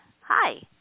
Hi